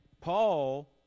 Paul